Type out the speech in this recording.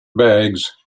bags